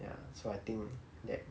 ya so I think that